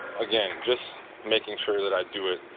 again, just making sure that i do it,